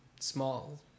small